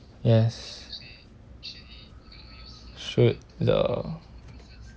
yes should the